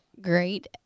great